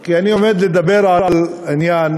כי אני עומד לדבר על עניין